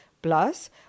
Plus